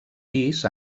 pis